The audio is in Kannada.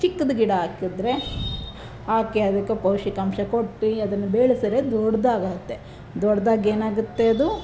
ಚಿಕ್ಕದು ಗಿಡ ಹಾಕಿದ್ರೆ ಹಾಕಿ ಅದಕ್ಕೆ ಪೌಷ್ಟಿಕಾಂಶ ಕೊಟ್ಟು ಅದನ್ನು ಬೆಳ್ಸಿದ್ರೆ ದೊಡ್ದಾಗುತ್ತೆ ದೊಡ್ದಾಗಿ ಏನಾಗುತ್ತೆ ಅದು